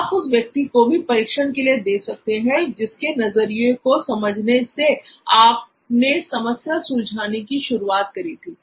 आप उस व्यक्ति को भी परीक्षण के लिए दे सकते हैं जिसके नजरिए को समझने से आपने समस्या समझने की शुरुआत की थी